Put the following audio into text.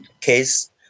case